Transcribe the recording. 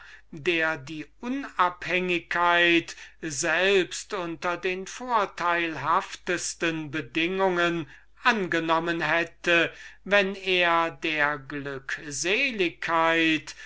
der die freiheit auch unter den vorteilhaftesten bedingungen angenommen hätte wenn er der